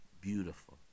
Beautiful